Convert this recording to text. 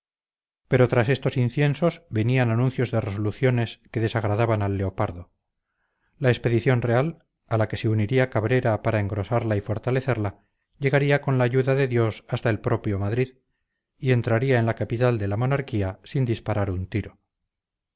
pero tras estos inciensos venían anuncios de resoluciones que desagradaban alleopardo la expedición real a la que se uniría cabrera para engrosarla y fortalecerla llegaría con la ayuda de dios hasta el propio madrid y entraría en la capital de la monarquía sin disparar un tiro